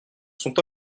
sont